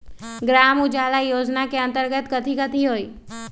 ग्राम उजाला योजना के अंतर्गत कथी कथी होई?